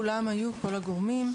כל הגורמים היו.